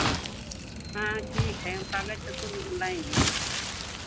हाँ ठीक है हम काग़ज़ तो कुल लाएंगे